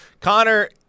Connor